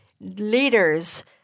leaders